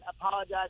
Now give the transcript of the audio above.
Apologize